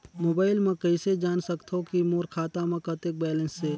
Mobile म कइसे जान सकथव कि मोर खाता म कतेक बैलेंस से?